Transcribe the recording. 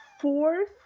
fourth